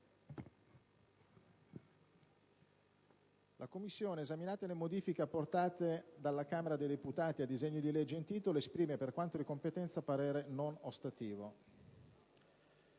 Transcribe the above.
1a Commissione, esaminate le modifiche apportate dalla Camera dei deputati al disegno di legge in titolo, esprime, per quanto di competenza, parere non ostativo.»